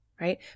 right